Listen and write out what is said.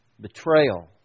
betrayal